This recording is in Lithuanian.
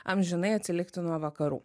amžinai atsilikti nuo vakarų